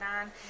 on